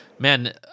Man